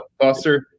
Foster